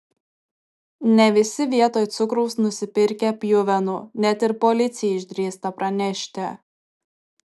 ne visi vietoj cukraus nusipirkę pjuvenų net ir policijai išdrįsta pranešti